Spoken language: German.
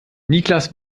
niklas